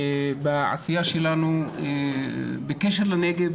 בעשייה שלנו בקשר לנגב,